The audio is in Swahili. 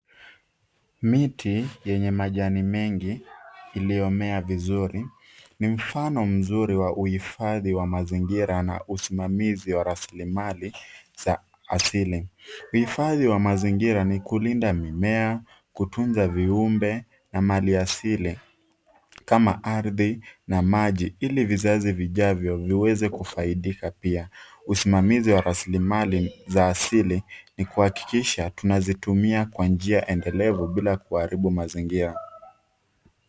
Miti yenye majani mengi iliyomea vizuri. Ni mfano mzuri wa uhifadhi wa mazingira na usimamizi wa rasilimali za asili. Uhifadhi wa mazingira ni kulinda mimea, kutunza viumbe na maliasili kama ardhi na maji ili vizazi vijavyo viweze kufaidika pia. Usimamizi wa rasilimali za asili, ni kuhakikisha tunazitumia kwa njia endelevu bila kuharibu mazingira.